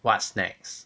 what's next